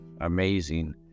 amazing